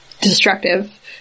destructive